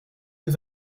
des